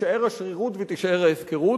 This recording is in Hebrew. תישאר השרירות ותישאר ההפקרות.